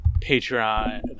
Patreon